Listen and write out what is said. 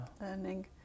learning